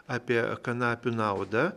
apie kanapių naudą